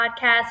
podcast